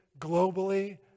globally